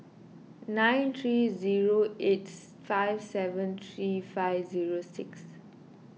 nine three zero eight five seven three five zero six